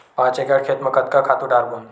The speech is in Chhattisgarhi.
पांच एकड़ खेत म कतका खातु डारबोन?